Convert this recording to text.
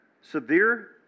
Severe